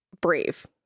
Brave